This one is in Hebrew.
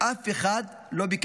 אף אחד לא ביקש מהם",